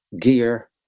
gear